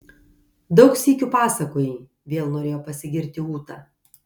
daug sykių pasakojai vėl norėjo pasigirti ūta